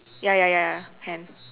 ya ya ya ya can